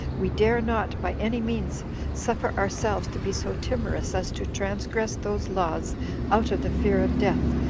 we dare not by any means suffer ourselves to be so timorous as to transgress those laws out of the fear of death,